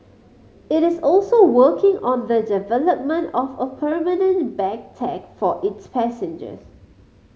it is also working on the development of a permanent bag tag for its passengers